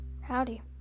Howdy